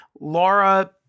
Laura